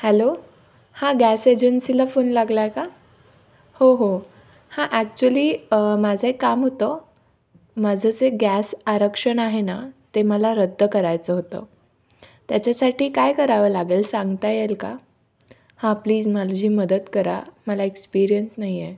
hello हां gas एजन्सीला phone लागला आहे का हो हो हां ॲक्च्युली माझं एक काम होतं माझं जे गॅस आरक्षण आहे ना ते मला रद्द करायचं होतं त्याच्यासाठी काय करावं लागेल सांगता येईल का हां प्लीज माझी मदत करा मला एक्सपिरियन्स नाही आहे